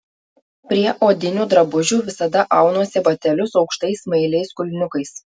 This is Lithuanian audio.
prie odinių drabužių visada aunuosi batelius aukštais smailiais kulniukais